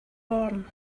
born